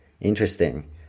Interesting